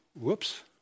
Whoops